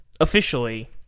officially